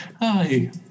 Hi